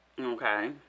Okay